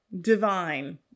Divine